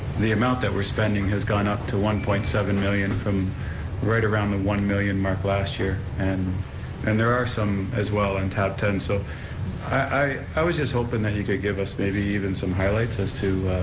the amount that we're spending has gone up to one point seven million from right around the one million mark last year and and there are some, as well, in tab ten. so i i was just hoping that you could give us maybe even some highlights as to,